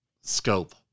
scope